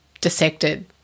dissected